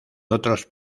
otros